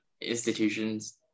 institutions